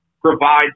provide